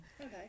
Okay